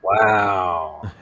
wow